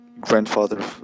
grandfather